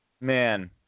Man